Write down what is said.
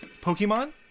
Pokemon